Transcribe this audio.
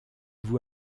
vous